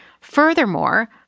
Furthermore